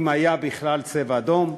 אם היה בכלל "צבע אדום".